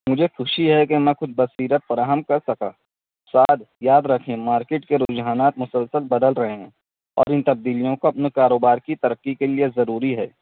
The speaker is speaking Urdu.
مجھے خوشی ہے کہ میں خود بصیرت فراہم کر سکا سعد یاد رکھیں مارکیٹ کے رجحانات مسلسل بدل رہے ہیں اور ان تبدیلیوں کا اپنے کاروبار کی ترقی کے لیے ضروری ہے